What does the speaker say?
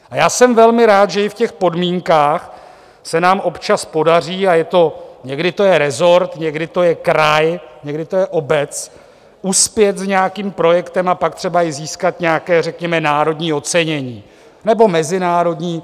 A jsem velmi rád, že i v těch podmínkách se nám občas podaří, a někdy to je resort, někdy to je kraj, někdy to je obec, uspět s nějakým projektem a pak třeba i získat nějaké řekněme národní ocenění, nebo mezinárodní.